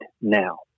now